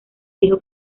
dijo